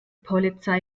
polizei